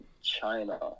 China